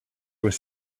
was